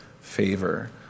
favor